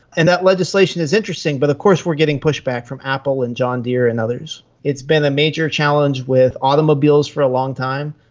and that legislation is interesting but of course we are getting pushback from apple and john deere and others. it's been a major challenge with automobiles for a long time.